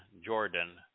Jordan